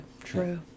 True